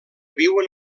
viuen